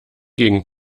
gegen